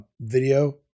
video